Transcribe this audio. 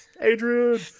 Adrian